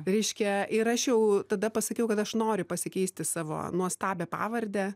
reiškia ir aš jau tada pasakiau kad aš noriu pasikeisti savo nuostabią pavardę